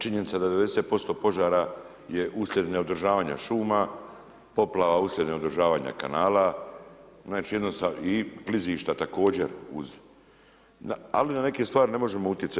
Činjenica da 90% požara je uslijed neodržavanja šuma, poplava uslijed neodržavanja kanala, znači jednostavno i klizišta također, uz, ali na neke stvari ne možemo utjecati.